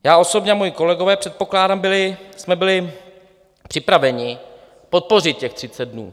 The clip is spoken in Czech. Já osobně a moji kolegové, předpokládám, jsme byli připraveni podpořit těch 30 dnů.